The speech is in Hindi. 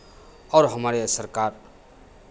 और हमारे यहाँ सरकार